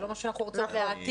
זה לא משהו שאנחנו רוצות להעתיק,